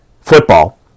football